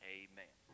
amen